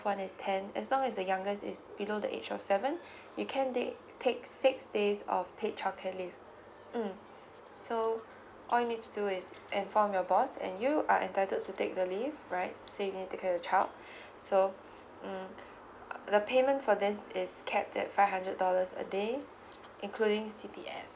one is ten as long as the youngest is below the age of seven you can they take six days of paid childcare leave mm so all you need to do is inform your boss and you are entitled to take the leave right so you can take of your child so um uh the payment for this is capped at five hundred dollars a day including C_P_F